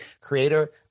creator